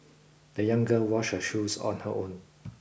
the young girl washed her shoes on her own